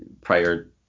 prior